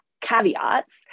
caveats